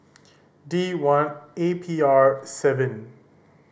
D one A P R seven